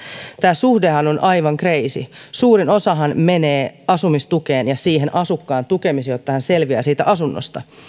tämä suhdehan on aivan kreisi suurin osahan menee asumistukeen ja siihen asukkaan tukemiseen jotta hän selviää siitä asunnosta